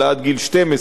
אלא עד גיל 12,